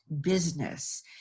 business